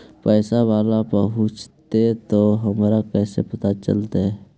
पैसा बाला पहूंचतै तौ हमरा कैसे पता चलतै?